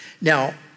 Now